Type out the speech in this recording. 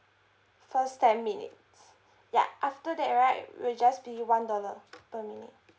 first ten minutes ya after that right will just be one dollar per minute